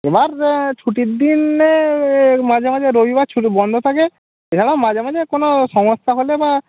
এবার ছুটির দিনে মাঝে মাঝে রবিবার শুধু বন্ধ থাকে এছাড়া মাঝে মাঝে কোনো সমস্যা হলে বা